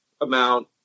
amount